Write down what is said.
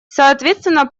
соответственно